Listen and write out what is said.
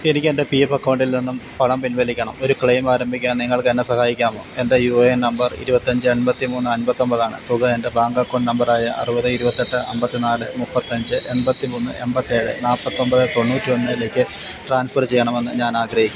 എനിക്ക് എൻ്റെ P F അക്കൗണ്ടിൽ നിന്നും പണം പിൻവലിക്കണം ഒരു ക്ലെയിം ആരംഭിക്കാൻ നിങ്ങൾക്ക് എന്നെ സഹായിക്കാമോ എൻ്റെ യു എ എൻ നമ്പർ ഇരുപത്തഞ്ച് എൺപത്തി മൂന്ന് അൻപത്തൊൻപത് ആണ് തുക എൻ്റെ ബാങ്ക് അക്കൗണ്ട് നമ്പറായ അറുപത് ഇരുപത്തെട്ട് അൻപത്തി നാല് മുപ്പത്തഞ്ച് എൺപത്തി മൂന്ന് എൺപത്തേഴ് നാൽപ്പത്തൊൻപത് തൊണ്ണൂറ്റൊന്നിലേക്ക് ട്രാൻസ്ഫർ ചെയ്യണമെന്ന് ഞാൻ ആഗ്രഹിക്കും